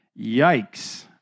Yikes